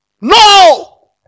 No